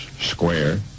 square